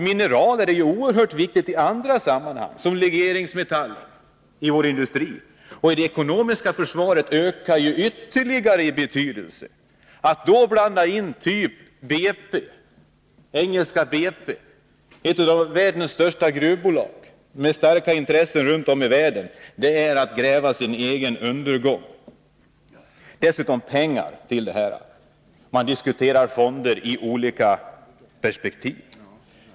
Mineraler är oerhört viktiga i andra sammanhang, t.ex. som legeringsmetaller i vår industri, och de ökar ytterligare i betydelse i det ekonomiska försvaret. Att då blanda in engelska BP, ett av världens största gruvbolag, med starka intressen runt om i världen, är att skapa sin egen undergång. Dessutom skall det vara pengar till detta. Man diskuterar fonder i olika perspektiv.